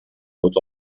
tots